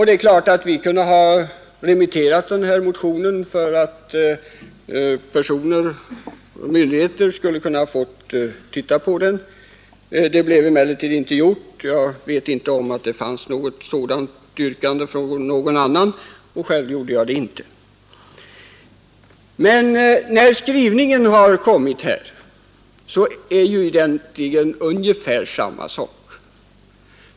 Det är klart att vi kunde ha remitterat motionen till olika personer och myndigheter. Det blev emellertid inte gjort. Jag vet inte att det fanns något sådant yrkande från någon annan — själv föreslog jag det inte. Men utskottets skrivning innebär ju egentligen samma sak.